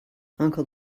uncle